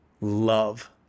love